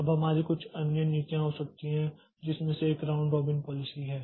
अब हमारी कुछ अन्य नीतियां हो सकती हैं जिनमें से एक राउंड रॉबिन पॉलिसी है